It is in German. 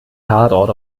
tatort